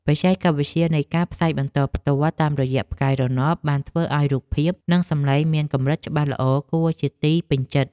បច្ចេកវិទ្យានៃការផ្សាយបន្តផ្ទាល់តាមរយៈផ្កាយរណបបានធ្វើឱ្យរូបភាព និងសំឡេងមានកម្រិតច្បាស់ល្អគួរជាទីពេញចិត្ត។